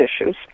issues